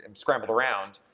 um scrambled around,